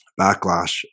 backlash